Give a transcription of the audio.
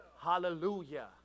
Hallelujah